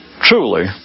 truly